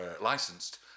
licensed